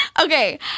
Okay